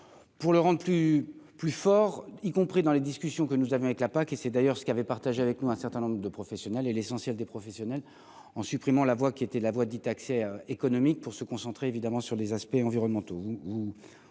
pour le rendre plus plus fort, y compris dans les discussions que nous avions avec la PAC et c'est d'ailleurs ce qui avait partagé avec nous un certain nombre de professionnels et l'essentiel des professionnels en supprimant la voix qui était la voie dite accès économique pour se concentrer, évidemment, sur les aspects environnementaux